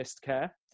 care